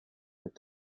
with